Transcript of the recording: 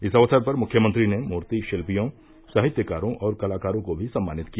इस अवसर पर मुख्यमंत्री ने मूर्ति शिल्पियों साहित्यकारों और कलाकारों को भी सम्मानित किया